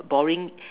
boring